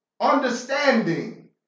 understanding